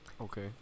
Okay